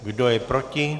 Kdo je proti?